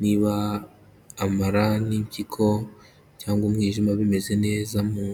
niba amara n'impyiko cyangwa umwijima bimeze neza mu.